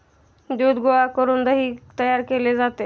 दूध गोळा करून दही तयार केले जाते